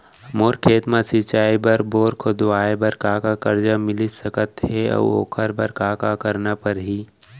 मोर खेत म सिंचाई बर बोर खोदवाये बर का का करजा मिलिस सकत हे अऊ ओखर बर का का करना परही?